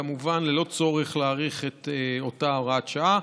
כמובן, ללא צורך להאריך את אותה הוראת שעה.